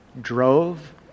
drove